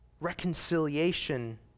Reconciliation